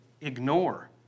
ignore